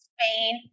Spain